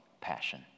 passion